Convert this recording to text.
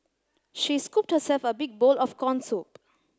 she scooped herself a big bowl of corn soup